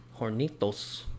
Hornitos